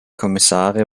kommissare